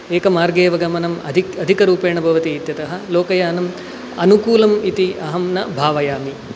एकमार्गे एव गमनम् अधिक् अधिकरूपेण भवति इत्यतः लोकयानम् अनुकूलम् इति अहं न भावयामि